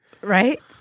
Right